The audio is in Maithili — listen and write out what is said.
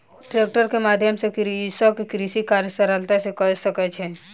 ट्रेक्टर के माध्यम सॅ कृषक कृषि कार्य सरलता सॅ कय सकै छै